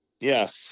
yes